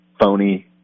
phony